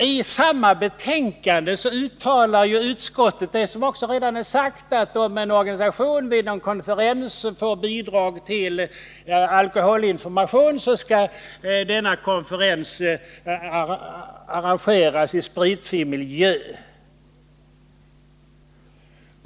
I samma betänkande uttalar utskottet att om en organisation på någon konferens får bidrag till alkoholinformation så skall denna konferens arrangeras i spritfri miljö.